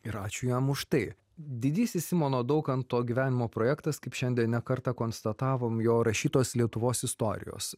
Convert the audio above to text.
ir ačiū jam už tai didysis simono daukanto gyvenimo projektas kaip šiandien ne kartą konstatavom jo rašytos lietuvos istorijos